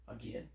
Again